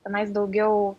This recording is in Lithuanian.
tenais daugiau